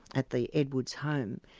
at the edwards' home.